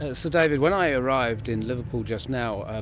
ah so david, when i arrived in liverpool just now ah